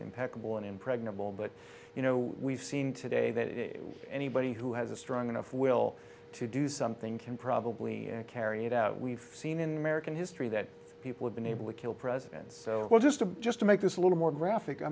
impeccable and impregnable but you know we've seen today that anybody who has a strong enough will to do something can probably carry it out we've seen in american history that people have been able to kill president so well just to just to make this a little more graphic i